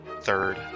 third